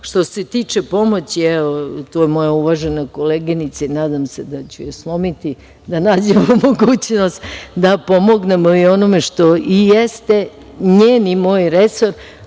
se tiče pomoći, tu je moja uvažena koleginica, nadam se da ću je slomiti da nađemo mogućnost da pomognemo i onome što jeste njen i moj resor,